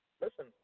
listen